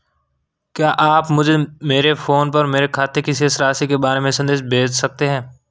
क्या आप मुझे मेरे फ़ोन पर मेरे खाते की शेष राशि के बारे में संदेश भेज सकते हैं?